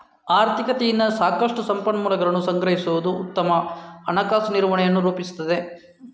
ಆರ್ಥಿಕತೆಯಿಂದ ಸಾಕಷ್ಟು ಸಂಪನ್ಮೂಲಗಳನ್ನು ಸಂಗ್ರಹಿಸುವುದು ಉತ್ತಮ ಹಣಕಾಸು ನಿರ್ವಹಣೆಯನ್ನು ರೂಪಿಸುತ್ತದೆ